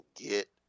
get